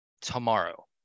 tomorrow